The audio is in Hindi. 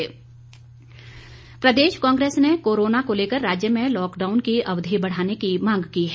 कांग्रेस प्रदेश कांग्रेस ने कोरोना को लेकर राज्य में लॉकडाउन की अवधि बढ़ाने की मांग की है